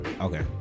Okay